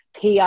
PR